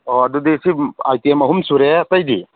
ꯑꯣ ꯑꯗꯨꯗꯤ ꯁꯤ ꯑꯥꯏꯇꯦꯝ ꯑꯍꯨꯝ ꯁꯨꯔꯦ ꯑꯇꯩꯗꯤ